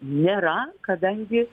nėra kadangi